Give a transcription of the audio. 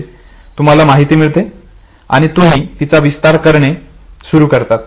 म्हणजे तुम्हाला माहिती मिळते आणि तुम्ही तिचा विस्तार करणे सुरु करतात